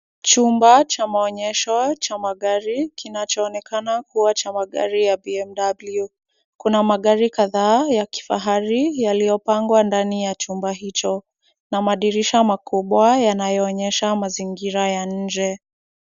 Chumba cha maonyesho cha magari kinachoonekana kuwa cha magari ya BMW. Kuna magari kadhaa ya kifahari yaliyopangwa ndani ya chumba hicho na madirisha makubwa yanayoonyesha mazingira ya nje.